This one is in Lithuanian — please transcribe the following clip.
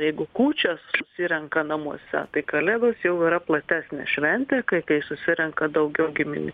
jeigu kūčias susirenka namuose tai kalėdos jau yra platesnė šventė kai kai susirenka daugiau giminių